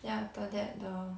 then after that the